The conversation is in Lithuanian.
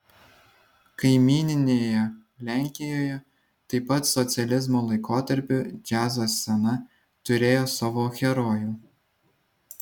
kaimyninėje lenkijoje taip pat socializmo laikotarpiu džiazo scena turėjo savo herojų